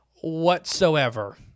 whatsoever